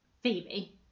Phoebe